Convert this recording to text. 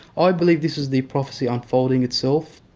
i believe this is the prophesy unfolding itself.